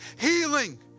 healing